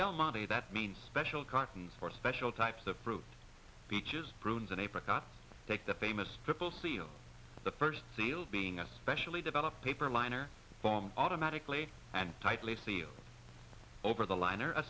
del monte that means special cartons for special types of fruit peaches prunes and apricot take the famous triple seal the first sale being especially developed paper liner form automatically and tightly sealed over the liner a